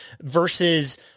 versus